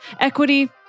equity